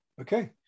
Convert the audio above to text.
okay